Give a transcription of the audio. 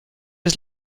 his